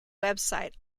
website